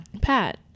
Pat